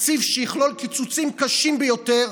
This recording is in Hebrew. תקציב שיכלול קיצוצים קשים ביותר.